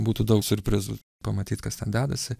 būtų daug siurprizų pamatyt kas ten dedasi